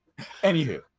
anywho